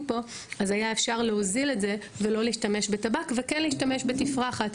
פה אז היה אפשר להוזיל את זה ולא להשתמש בטבק ולהשתמש בתפרחת.